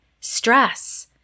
stress